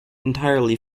entirely